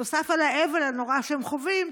נוסף על האבל הנורא שהם חווים,